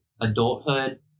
adulthood